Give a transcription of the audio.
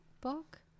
book